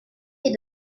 est